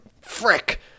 Frick